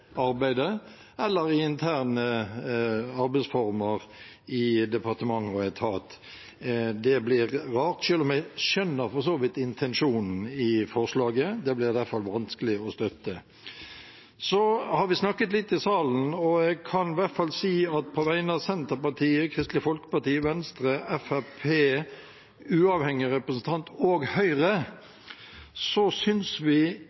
arbeidet eller i interne arbeidsformer i departement og etat. Det blir rart, selv om jeg for så vidt skjønner intensjonen i forslaget. Det blir derfor vanskelig å støtte. Så har vi snakket litt i salen, og jeg kan i hvert fall si på vegne av Senterpartiet, Kristelig Folkeparti, Venstre, Fremskrittspartiet, uavhengig representant og Høyre at vi